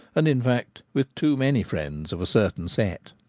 and, in fact, with too many friends of a certain set.